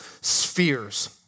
spheres